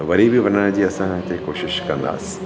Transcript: वरी बि वञण जी असां हुते कोशिश कंदासीं